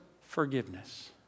forgiveness